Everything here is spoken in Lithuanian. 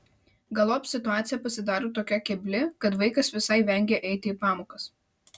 galop situacija pasidaro tokia kebli kad vaikas visai vengia eiti į pamokas